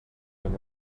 and